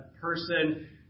person